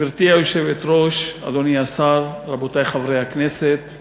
הראשון בדוברים: חבר הכנסת חנא סוייד.